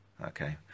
Okay